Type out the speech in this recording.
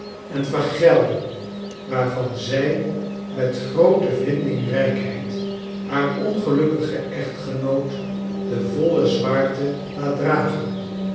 en vergelding waarvan zij met groote vi ndingrij kheid haar ongelukkigen echtgenoot de voile zwaarte laat dragen